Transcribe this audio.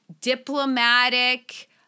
diplomatic